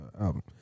album